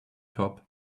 top